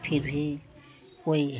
फ़िर भी कोई